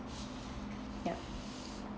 yup